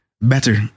better